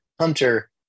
Hunter